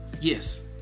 Yes